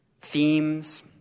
themes